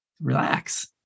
relax